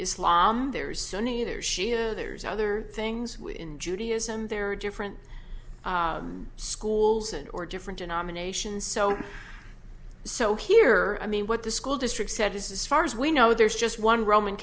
islam there is so neither shia there's other things in judaism there are different schools and or different denominations so so here i mean what the school district said is as far as we know there is just one roman